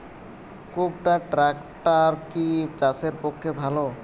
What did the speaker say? কুবটার ট্রাকটার কি চাষের পক্ষে ভালো?